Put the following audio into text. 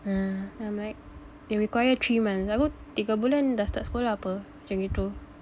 uh I'm like it require three months aku tiga bulan dah start sekolah ape kalau gitu